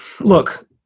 look